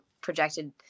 projected